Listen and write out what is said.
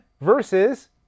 versus